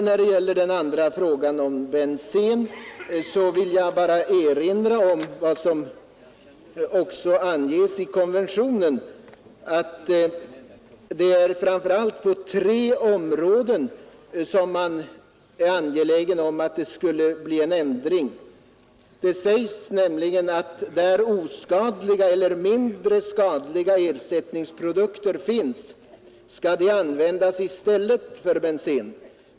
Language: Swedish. När det gäller frågan om bensen vill jag bara erinra om vad som också anges i konventionen, nämligen att det framför allt är på tre områden som man är angelägen om att det skall bli en ändring. Det sägs för det första att där oskadliga eller mindre skadliga ersättningsprodukter finns skall de användas i stället för bensen.